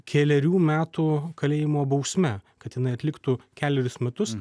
kelerių metų kalėjimo bausme kad jinai atliktų kelerius metus